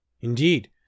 Indeed